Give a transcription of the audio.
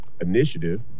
initiative